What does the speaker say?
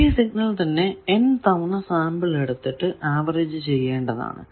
ഒരേ സിഗ്നൽ തന്നെ n തവണ സാമ്പിൾ എടുത്തിട്ട് ആവറേജ് ചെയ്യേണ്ടതാണ്